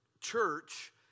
church